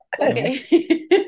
Okay